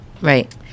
right